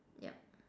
yup